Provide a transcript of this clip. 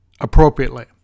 appropriately